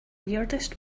weirdest